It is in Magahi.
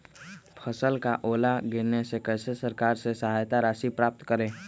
फसल का ओला गिरने से कैसे सरकार से सहायता राशि प्राप्त करें?